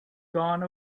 gone